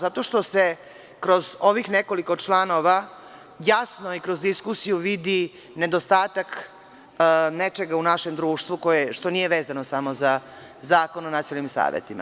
Zato što se kroz ovih nekoliko članova jasno i kroz diskusiju vidi nedostatak nečega u našem društvu, što nije vezano samo za Zakon o nacionalnim savetima.